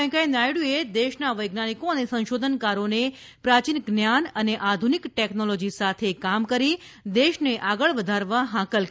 વેંકૈયા નાયડુએ દેશના વૈજ્ઞાનિકો અને સંશોધનકારોને પ્રાચીન જ્ઞાન અને આધુનિક ટેકનોલોજી સાથે કામ કરી દેશને આગળ વધારવા હાંકલ કરી છે